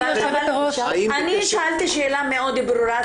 אני שאלתי שאלה מאוד ברורה.